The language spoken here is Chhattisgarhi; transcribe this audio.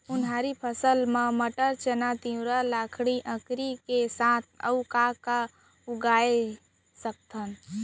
उनहारी फसल मा मटर, चना, तिंवरा, लाखड़ी, अंकरी के साथ अऊ का का उगा सकथन?